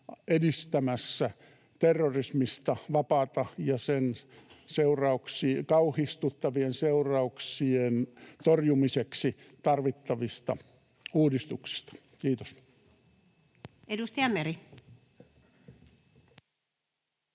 edistämässä terrorismista vapaata maailmaa ja sen kauhistuttavien seurauksien torjumiseksi tarvittavia uudistuksia. — Kiitos. [Speech